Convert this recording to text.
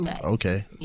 okay